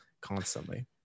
constantly